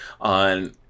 on